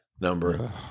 number